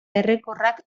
errekorrak